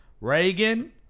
Reagan